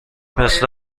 مثل